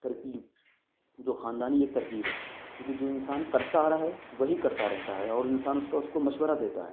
ترکیب جو خاندانی ایک ترکیب ہے کیونکہ جو انسان کرتا آ رہا ہے وہی کرتا رہتا ہے اور انسان اس کا اس كا مشورہ دیتا ہے